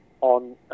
on